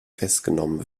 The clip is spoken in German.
festgenommen